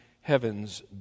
Heaven's